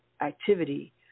activity